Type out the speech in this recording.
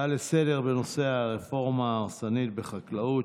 להצעות לסדר-היום בנושא: הרפורמה ההרסנית בחקלאות,